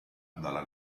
dalla